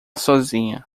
sozinha